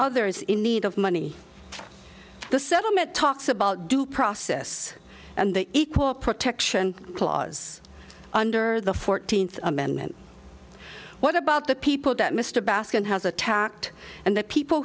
others in need of money the settlement talks about due process and the equal protection clause under the fourteenth amendment what about the people that mr baskin has attacked and the people